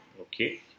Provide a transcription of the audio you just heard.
Okay